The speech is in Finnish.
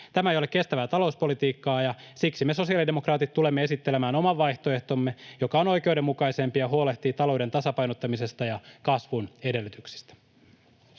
Tämä ei ole kestävää talouspolitiikkaa, ja siksi me sosiaalidemokraatit tulemme esittelemään oman vaihtoehtomme, joka on oikeudenmukaisempi ja huolehtii talouden tasapainottamisesta ja kasvun edellytyksistä.